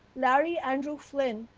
larry andrew flynn,